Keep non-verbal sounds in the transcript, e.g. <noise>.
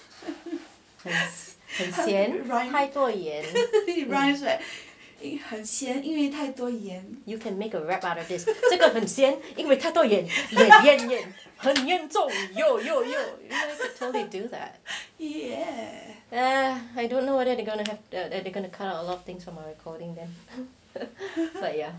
很咸太多盐 like you can make a rap out of this 这个很咸因为太多盐很严重 <noise> tell they do that ya ya I don't know whether they're going to that <breath> they're going to cut out a lot of things from my recording them but ya